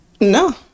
No